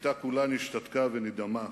"הכיתה כולה נשתתקה ונדהמה.